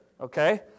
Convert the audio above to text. Okay